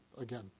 again